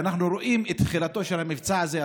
ואנחנו רואים את תחילתו של המבצע הזה,